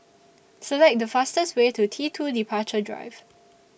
Select The fastest Way to T two Departure Drive